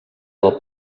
del